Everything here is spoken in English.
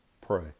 pray